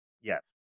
Yes